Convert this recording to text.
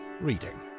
reading